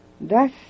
Thus